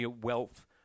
wealth